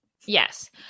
Yes